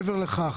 מעבר לזה